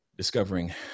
discovering